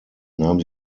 nahm